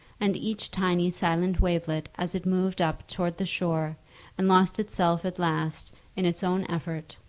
and each tiny silent wavelet as it moved up towards the shore and lost itself at last in its own effort,